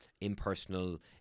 impersonal